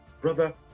brother